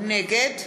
נגד